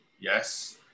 Yes